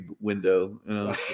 window